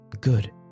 Good